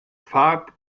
farb